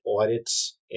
audits